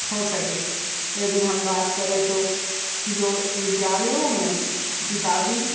हो सके यदि हम बात करें तो जो विद्यालयों में किताबी